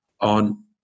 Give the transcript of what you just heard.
on